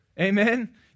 Amen